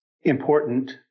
important